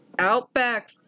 outback